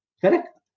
Correct